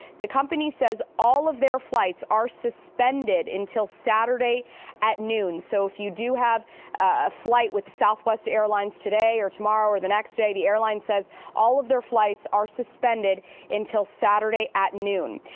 the company says all of their flights are suspended until saturday at noon. so if you do have a flight with southwest airlines today or tomorrow or the next day, the airlines says all of their flights are suspended until saturday at noon.